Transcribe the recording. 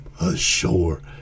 ashore